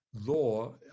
law